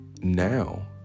now